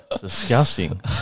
Disgusting